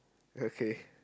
okay